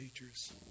teachers